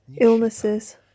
illnesses